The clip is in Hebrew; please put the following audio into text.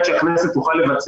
הקשר שלו מול הכנסת גם בשאילתות,